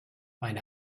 meine